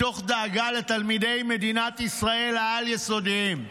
מתוך דאגה לתלמידי מדינת ישראל העל-יסודיים,